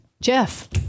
jeff